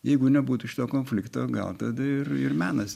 jeigu nebūtų šito konflikto gal tada ir ir menas